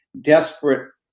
desperate